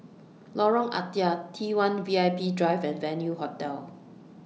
Lorong Ah Thia T one V I P Drive and Venue Hotel